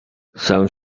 some